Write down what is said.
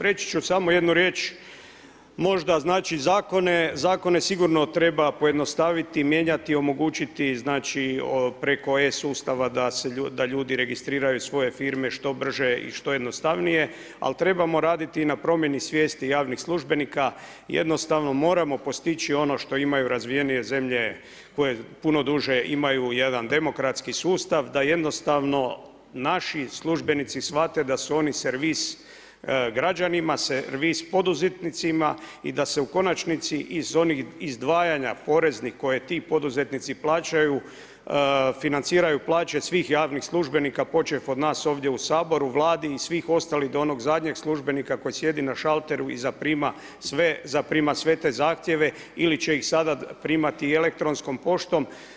Reći ću samo jednu riječ, možda znači Zakone, Zakone sigurno treba pojednostaviti, mijenjati, omogućiti, znači preko e-sustava, da se ljudi, da ljudi registriraju svoje firme što brže i što jednostavnije, al' trebamo raditi i na promjeni svijesti javnih službenika, jednostavno moramo postići ono što imaju razvijenije zemlje koje puno duže imaju jedan demokratski sustav da jednostavno naši službenici shvate da su oni servis građanima, servis poduzetnicima, i da se u konačnici iz onih izdvajanja poreznih, koje ti poduzetnici plaćaju, financiraju plaće svih javnih službenika, počev od nas ovdje u Saboru, Vladi i svih ostalih do onog zadnjeg službenika koji sjedi na šalteru i zaprima sve te Zahtjeve ili će ih sad primati elektronskom poštom.